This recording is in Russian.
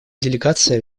делегация